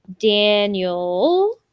Daniel